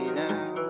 now